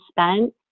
spent